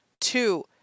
two